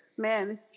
man